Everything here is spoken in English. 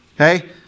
Okay